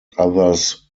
others